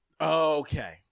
Okay